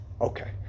okay